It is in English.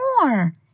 more